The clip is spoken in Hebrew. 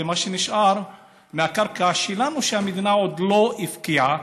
מה שנשאר מהקרקע שלנו שהמדינה עוד לא הפקיעה,